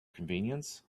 convenience